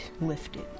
lifted